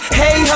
hey